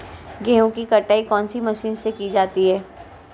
गेहूँ की कटाई कौनसी मशीन से की जाती है?